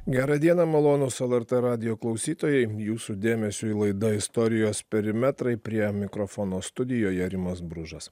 gerą dieną malonūs lrt radijo klausytojai jūsų dėmesiui laida istorijos perimetrai prie mikrofono studijoje rimas bružas